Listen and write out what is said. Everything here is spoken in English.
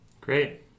Great